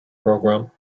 program